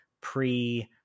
pre